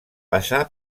passà